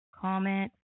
comment